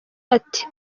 ati